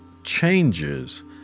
changes